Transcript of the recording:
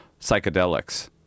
psychedelics